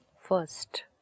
First